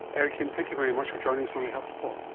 eric kim, thank you very much for joining us on the health report.